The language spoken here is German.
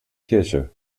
kirche